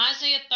Isaiah